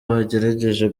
bagerageje